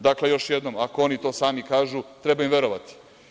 Dakle, još jednom, ako oni to sami kažu, treba im verovati.